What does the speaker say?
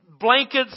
Blankets